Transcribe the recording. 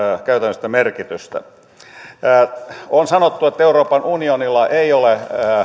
käytännöllistä merkitystä on sanottu että euroopan unionilla ei ole